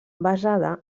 basada